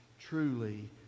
truly